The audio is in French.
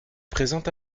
présent